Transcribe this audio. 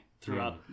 throughout